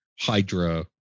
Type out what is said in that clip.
Hydra